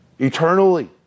eternally